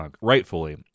rightfully